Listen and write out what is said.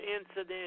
Incident